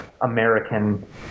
American